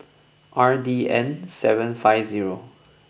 R D N seven five zero